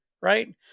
right